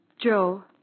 Joe